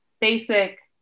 basic